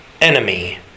enemy